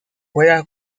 juega